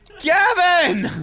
gavin!